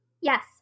Yes